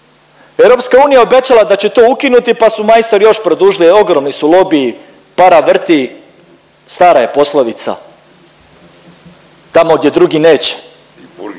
EU je obećala da će to ukinuti pa su majstori još produžili, ogromni su lobiji, para vrti, stara je poslovica, tamo gdje drugi neće. E,